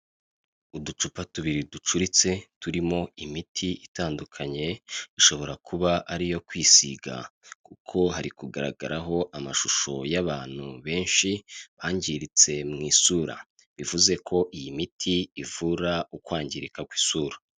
Uducupa tubiri ducuritse turimo imiti itandukanye ishobora kuba ari iyo kwisiga kuko hari kugaragaraho amashusho y'abantu benshi bangiritse mu isura, bivuze ko iyi miti ivura ukwangirika kw'isura.